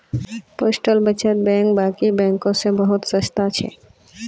postal बचत bank बाकी बैंकों से बहुत सस्ता छे